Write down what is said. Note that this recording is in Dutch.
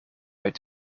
uit